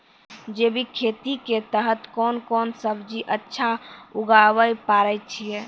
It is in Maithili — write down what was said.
जैविक खेती के तहत कोंन कोंन सब्जी अच्छा उगावय पारे छिय?